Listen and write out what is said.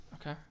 Okay